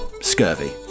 scurvy